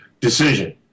decision